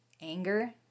anger